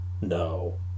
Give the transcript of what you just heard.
No